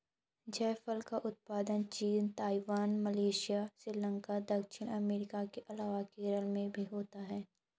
जायफल का उत्पादन चीन, ताइवान, मलेशिया, श्रीलंका, दक्षिण अमेरिका के अलावा केरल में भी होता है